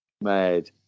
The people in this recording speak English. Mad